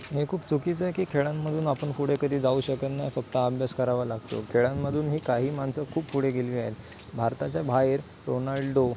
हे खूप चुकीचं आहे की खेळांमधून आपण पुढे कधी जाऊ शकत नाही फक्त अभ्यास करावा लागतो खेळांमधूनही काही माणसं खूप पुढे गेले आहेत भारताच्या बाहेर रोनाल्डो